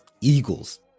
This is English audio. Eagles